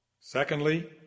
Secondly